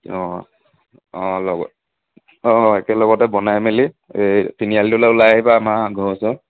অঁ অঁ লগত অঁ একেলগতে বনাই মেলি এই তিনিআলিটোলৈ ওলাই আহিবা আমাৰ ঘৰৰ ওচৰৰ